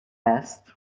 است